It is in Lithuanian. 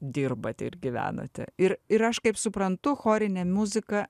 dirbate ir gyvenate ir ir aš kaip suprantu chorinė muzika